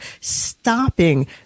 stopping